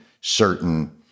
certain